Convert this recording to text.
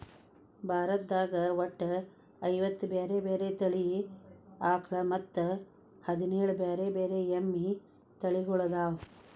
ಭಾರತದಾಗ ಒಟ್ಟ ಐವತ್ತ ಬ್ಯಾರೆ ಬ್ಯಾರೆ ತಳಿ ಆಕಳ ಮತ್ತ್ ಹದಿನೇಳ್ ಬ್ಯಾರೆ ಬ್ಯಾರೆ ಎಮ್ಮಿ ತಳಿಗೊಳ್ಅದಾವ